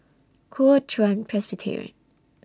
Kuo Chuan Presbyterian